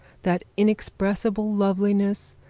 that inexpressible loveliness,